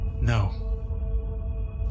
No